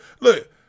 Look